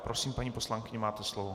Prosím, paní poslankyně, máte slovo.